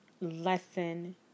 lesson